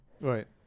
Right